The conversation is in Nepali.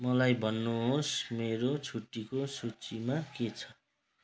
मलाई भन्नुहोस् मेरो छुट्टीको सूचीमा के छ